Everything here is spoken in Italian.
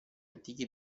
antichi